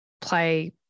play